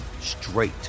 straight